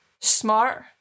Smart